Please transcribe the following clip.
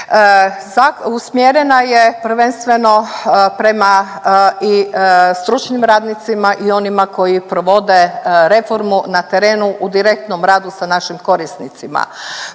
Usmjerena je prvenstveno prema i stručnim radnicima i onima koji provode reformu na terenu u direktnom radu sa našim korisnicima.